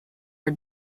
her